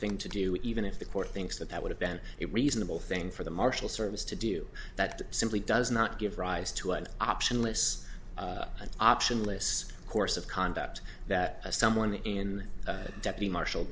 thing to do even if the court thinks that that would have been a reasonable thing for the marshal service to do that simply does not give rise to an option lists an option lists of course of conduct that someone in a deputy marshal